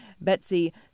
Betsy